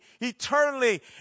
eternally